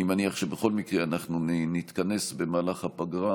אני מניח שבכל מקרה אנחנו נתכנס במהלך הפגרה